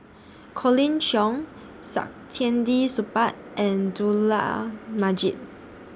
Colin Cheong Saktiandi Supaat and Dollah Majid